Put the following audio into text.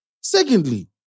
Secondly